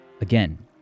Again